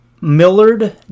Millard